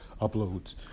uploads